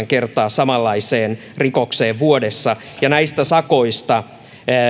kertaa samanlaiseen rikokseen vuodessa ja näistä sakoista